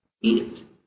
eat